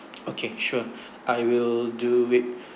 okay sure I will do it